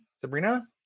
Sabrina